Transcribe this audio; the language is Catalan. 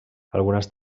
algunes